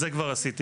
את זה כבר עשיתי